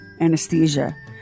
anesthesia